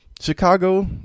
Chicago